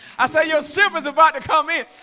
i say your ship is about to come in.